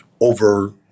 over